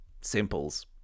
Simples